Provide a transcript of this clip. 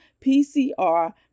PCR